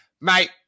Mate